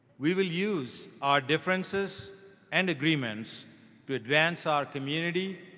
we will use our differences and agreements to advance our community,